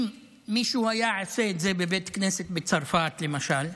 אם מישהו היה עושה את זה בבית כנסת בצרפת, למשל,